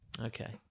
Okay